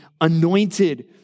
anointed